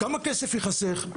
כמה כסף ייחסך?